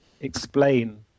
explain